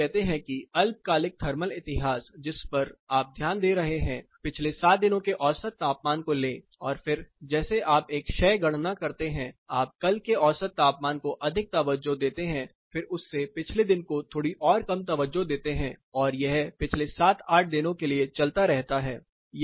जैसे आप कहते हैं कि अल्पकालिक थर्मल इतिहास जिसपर आप ध्यान दे रहे हैं पिछले 7 दिनों के औसत तापमान को लें और फिर जैसे आप एक क्षय गणना करते हैं आप कल के औसत तापमान को अधिक तवज्जो देते हैं फिर उससे पिछले दिन को थोड़ी और कम तवज्जो देते हैं और यह पिछले 7 8 दिनों के लिए चलता रहता है